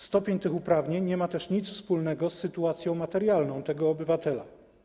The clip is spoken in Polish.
Stopień tych uprawnień nie ma też nic wspólnego z sytuacją materialną tego obywatela.